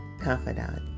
confidant